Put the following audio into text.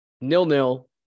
Nil-nil